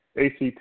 ACT